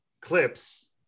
Clips